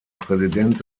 präsident